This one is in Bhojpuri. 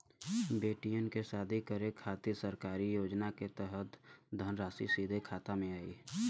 बेटियन के शादी करे के खातिर सरकारी योजना के तहत धनराशि सीधे खाता मे आई?